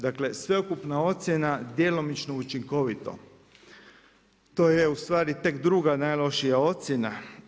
Dakle sveukupna ocjena djelomično učinkovito, to je ustvari tek druga najlošija ocjena.